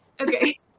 Okay